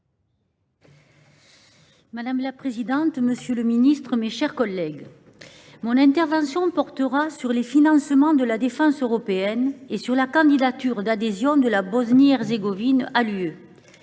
Madame la présidente, monsieur le ministre, mes chers collègues, mon intervention portera sur les financements de la défense européenne et sur la candidature d’adhésion de la Bosnie Herzégovine à l’Union